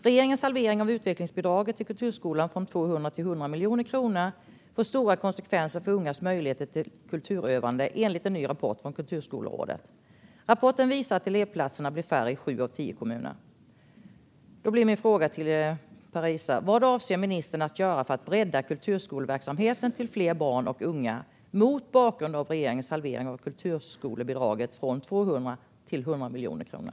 Regeringens halvering av utvecklingsbidraget till kulturskolan från 200 till 100 miljoner kronor får stora konsekvenser för ungas möjligheter till kulturutövande, enligt en ny rapport från Kulturskolerådet. Rapporten visar att elevklasserna blir färre i sju av tio kommuner. Min fråga till Parisa är: Vad avser ministern att göra för att bredda kulturskoleverksamheten så att den når fler barn och unga, mot bakgrund av regeringens halvering av kulturskolebidraget från 200 till 100 miljoner kronor?